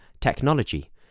technology